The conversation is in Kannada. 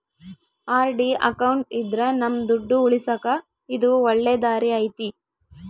ಆರ್.ಡಿ ಅಕೌಂಟ್ ಇದ್ರ ನಮ್ ದುಡ್ಡು ಉಳಿಸಕ ಇದು ಒಳ್ಳೆ ದಾರಿ ಐತಿ